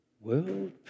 world